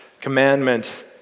commandment